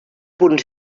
punt